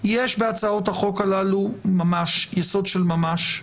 יש בהצעות החוק הללו יסוד של ממש.